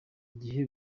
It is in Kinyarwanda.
igihe